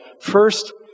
first